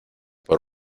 por